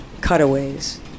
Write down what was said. cutaways